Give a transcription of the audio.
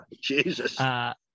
Jesus